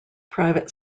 private